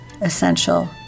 essential